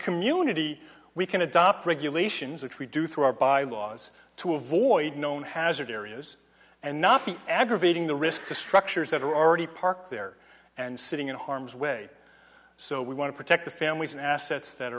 community we can adopt regulations which we do through our by laws to avoid known hazard areas and not be aggravating the risk to structures that are already parked there and sitting in harm's way so we want to protect the families and assets that